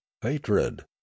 hatred